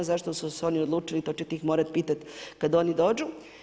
Zašto su se oni odlučili to ćete ih morati pitati kad oni dođu.